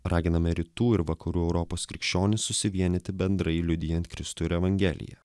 raginame rytų ir vakarų europos krikščionis susivienyti bendrai liudijant kristų ir evangeliją